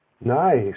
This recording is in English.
Nice